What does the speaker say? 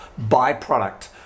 byproduct